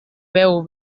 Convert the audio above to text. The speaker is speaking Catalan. beu